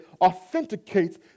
authenticates